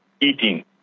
eating